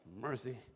mercy